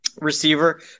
receiver